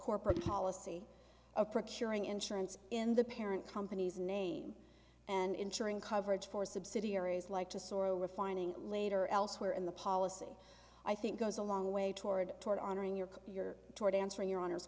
corporate policy a prick your ing insurance in the parent company's name and insuring coverage for subsidiaries like to sort of refining later elsewhere in the policy i think goes a long way toward toward honoring your your toward answering your hono